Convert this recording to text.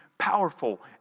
powerful